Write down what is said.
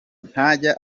ntajya